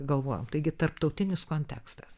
galvojam taigi tarptautinis kontekstas